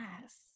Yes